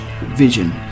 vision